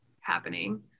happening